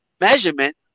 Measurement